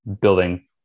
building